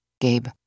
Gabe